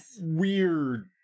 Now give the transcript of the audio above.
weird